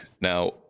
Now